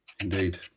Indeed